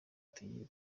tugiye